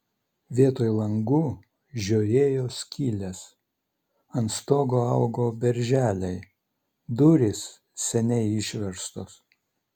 vietoj langų žiojėjo skylės ant stogo augo berželiai durys seniai išverstos